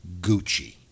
Gucci